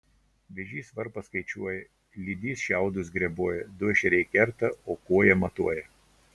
vėžys varpas skaičiuoja lydys šiaudus greboja du ešeriai kerta o kuoja matuoja